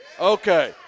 Okay